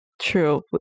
true